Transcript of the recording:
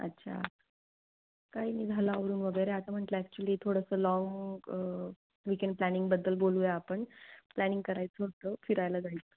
अच्छा काही नाही झालं आवरून वगैरे आता म्हटलं ॲक्च्युअली थोडंसं लाँग विकेंड प्लॅनिंगबद्दल बोलूया आपण प्लॅनिंग करायचं होतं फिरायला जायचं